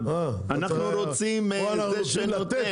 כי יש כלל שאם זה לא יהיה פשוט,